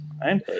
right